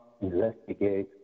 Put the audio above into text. investigate